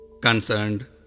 concerned